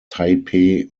taipei